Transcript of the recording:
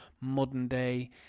modern-day